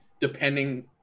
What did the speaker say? depending